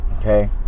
Okay